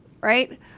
right